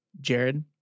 Jared